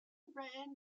written